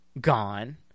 gone